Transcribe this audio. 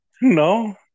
No